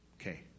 Okay